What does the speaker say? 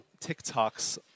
TikToks